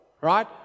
right